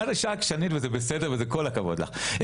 את אישה עקשנית וזה בסדר וזה כל הכבוד לך.